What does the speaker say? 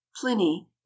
pliny